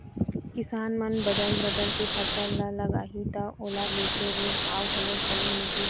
किसान मन बदल बदल के फसल ल लगाही त ओला बेचे ले भाव घलोक बने मिलही